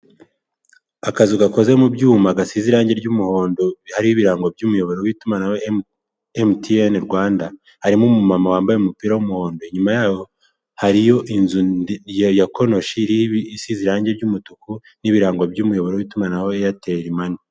Akazu gakoze mu byuma gasize irangi ry'umuhondo hariho ibirango by'umuyobo witumanaho MTN Rwanda, harimo umuma wambaye umupira w'umuhondo inyuma yaho hariyo inzu ya konoshi ribi isize irangi ry'umutuku n'ibirango by'umuyoboro wiitumanaho airtel money.